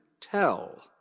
tell